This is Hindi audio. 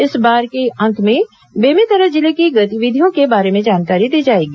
इस बार के अंक में बेमेतरा जिले की गतिविधियों के बारे में जानकारी दी जाएगी